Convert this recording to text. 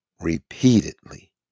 repeatedly